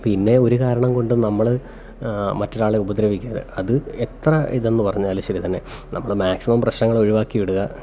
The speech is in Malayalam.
പിന്നെ ഒരു കാരണം കൊണ്ടും നമ്മൾ മറ്റൊരാളെ ഉപദ്രവിക്കരുത് അത് എത്ര ഇതെന്നു പറഞ്ഞാലും ശരി തന്നെ നമ്മൾ മാക്സിമം പ്രശ്നങ്ങളൊഴുവാക്കി വിടുക